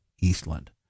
Eastland